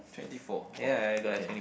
twenty four !whoa! okay